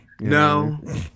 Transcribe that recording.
No